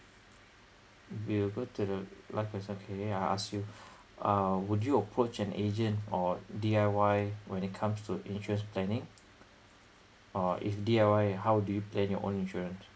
we'll go to the last question okay I ask you uh would you approach an agent or D_I_Y when it comes to insurance planning or if D_I_Y how do you plan your own insurance